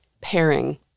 pairing